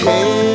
Hey